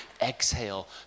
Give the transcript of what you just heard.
exhale